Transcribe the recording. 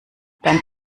dann